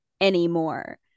anymore